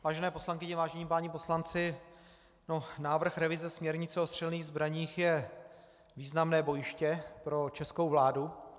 Vážené poslankyně, vážení páni poslanci, návrh revize směrnice o střelných zbraních je významné bojiště pro českou vládu.